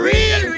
Real